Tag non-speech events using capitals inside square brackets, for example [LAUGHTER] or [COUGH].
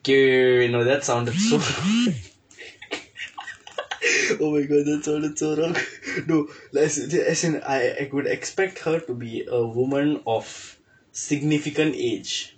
okay wait wait wait wait wait no that sounded so wrong [LAUGHS] oh my god that sounded so wrong no as in as in I I would expect her to be a woman of significant age